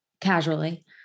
casually